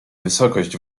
wysokość